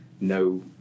no